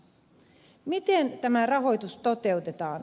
miten tämä rahoitus toteutetaan